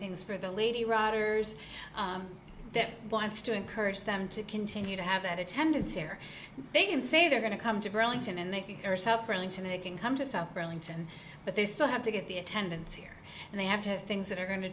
things for the lady riders that wants to encourage them to continue to have that attendance here they can say they're going to come to burlington and they can or separately to they can come to south burlington but they still have to get the attendance here and they have to have things that are go